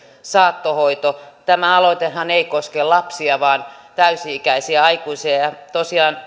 saattohoidon tämä aloitehan ei koske lapsia vaan täysi ikäisiä aikuisia tosiaan